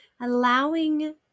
allowing